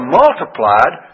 multiplied